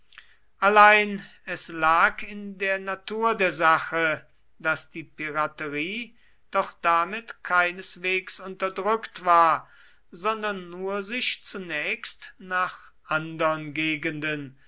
allein es lag in der natur der sache daß die piraterie doch damit keineswegs unterdrückt war sondern nur sich zunächst nach andern gegenden